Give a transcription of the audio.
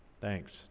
Thanks